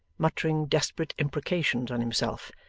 muttering desperate imprecations on himself,